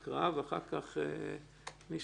ואז מי שרוצה,